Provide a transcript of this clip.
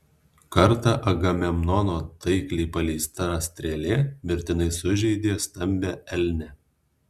kartą agamemnono taikliai paleista strėlė mirtinai sužeidė stambią elnę